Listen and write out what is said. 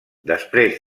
després